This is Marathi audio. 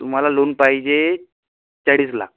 तुम्हाला लोन पाहिजे चाळीस लाख